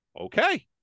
Okay